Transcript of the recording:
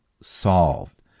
solved